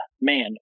man